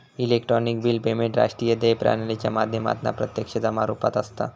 electronic bill payment राष्ट्रीय देय प्रणालीच्या माध्यमातना प्रत्यक्ष जमा रुपात असता